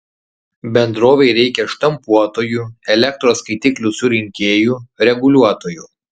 bendrovei reikia štampuotojų elektros skaitiklių surinkėjų reguliuotojų